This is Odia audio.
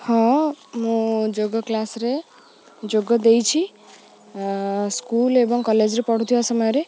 ହଁ ମୁଁ ଯୋଗ କ୍ଲାସ୍ରେ ଯୋଗ ଦେଇଛି ସ୍କୁଲ୍ ଏବଂ କଲେଜ୍ରେ ପଢ଼ୁଥିବା ସମୟରେ